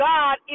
God